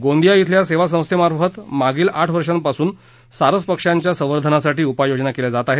गोंदिया इथल्या सेवा संस्थेतर्फे मागील आठ वर्षांपासून सारस पक्ष्यांच्या संवर्धनासाठी उपाय योजना केल्या जात आहेत